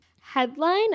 Headline